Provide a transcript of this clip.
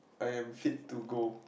I am fit to go